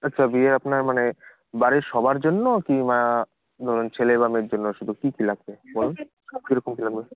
আচ্ছা বিয়ে আপনার মানে বাড়ির সবার জন্য কিম্বা ধরুন ছেলে বা মেয়ের জন্য শুধু কী কী লাগবে বলুন কীরকম কী লাগবে